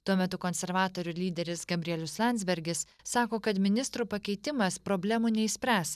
tuo metu konservatorių lyderis gabrielius landsbergis sako kad ministrų pakeitimas problemų neišspręs